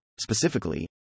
specifically